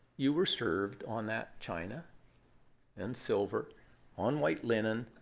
you were served on that china and silver on white linen.